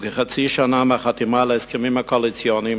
וכחצי שנה מהחתימה על ההסכמים הקואליציוניים,